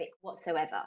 whatsoever